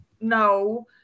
No